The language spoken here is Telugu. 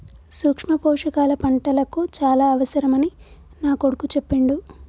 సూక్ష్మ పోషకాల పంటలకు చాల అవసరమని నా కొడుకు చెప్పిండు